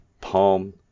palm